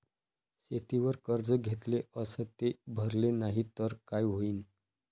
शेतीवर कर्ज घेतले अस ते भरले नाही तर काय होईन?